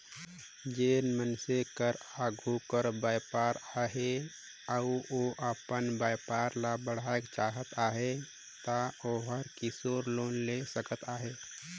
जेन मइनसे कर आघु कर बयपार अहे अउ ओ अपन बयपार ल बढ़ाएक चाहत अहे ता ओहर किसोर लोन ले सकत अहे